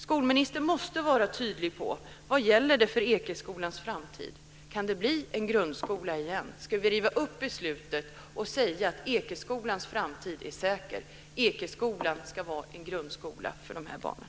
Skolministern måste vara tydlig om vad som gäller för Ekeskolans framtid. Kan det bli en grundskola igen? Ska vi riva upp beslutet och säga att Ekeskolans framtid är säker och att Ekeskolan ska vara en grundskola för de här barnen?